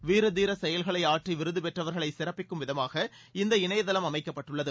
வீரதீர செயல்களை ஆற்றி விருது பெற்றவர்களை சிறப்பிக்கும் விதமாக இந்த இணையதளம் அமைக்கப்பட்டுள்ளது